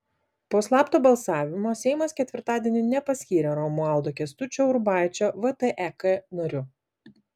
po slapto balsavimo seimas ketvirtadienį nepaskyrė romualdo kęstučio urbaičio vtek nariu